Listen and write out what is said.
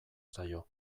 zaio